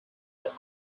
that